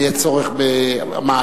אם יהיה צורך במעקב,